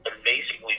amazingly